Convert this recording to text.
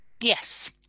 Yes